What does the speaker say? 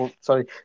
Sorry